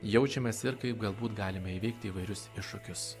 jaučiamės ir kaip galbūt galime įveikti įvairius iššūkius